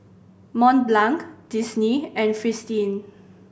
Mont Blanc Disney and Fristine